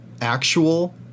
Actual